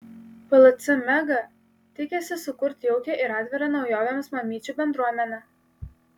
plc mega tikisi sukurti jaukią ir atvirą naujovėms mamyčių bendruomenę